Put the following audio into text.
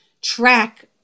track